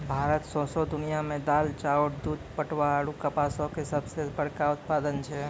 भारत सौंसे दुनिया मे दाल, चाउर, दूध, पटवा आरु कपासो के सभ से बड़का उत्पादक छै